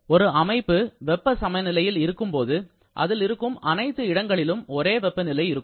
ஒரு அமைப்பு வெப்ப சமநிலையில் இருக்கும்போது அதில் இருக்கும் அனைத்து இடங்களிலும் ஒரே வெப்பநிலை இருக்கும்